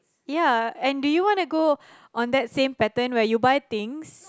ya and do you wanna go on that same pattern where you buy things